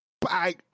Bye